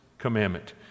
commandment